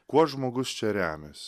kuo žmogus čia remias